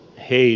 hei